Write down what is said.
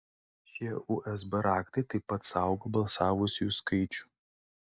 šie usb raktai taip pat saugo balsavusiųjų skaičių